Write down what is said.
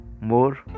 more